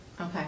Okay